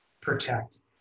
protect